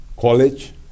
college